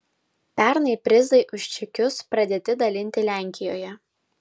pernai prizai už čekius pradėti dalinti lenkijoje